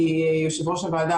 כי יו"ר הוועדה,